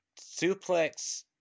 suplex